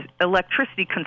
electricity